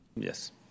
Yes